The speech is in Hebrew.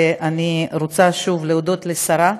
ואני רוצה, שוב, להודות לשרה.